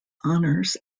honors